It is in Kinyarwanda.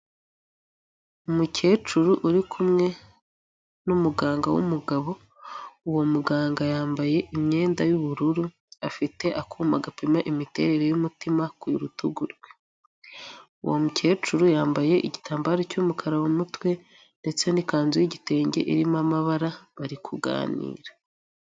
Umukecuru uri kumwe n'umuganga w'umugabo, uwo muganga yambaye imyenda y'ubururu afite akuma gapima imiterere y'umutima ku rutugu rwe, uwo mukecuru yambaye igitambaro cy'umukara mu mutwe ndetse n'ikanzu y'igitenge irimo amabara, bari kuganira.